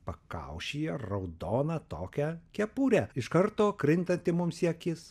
pakaušyje raudoną tokią kepurę iš karto krintanti mums į akis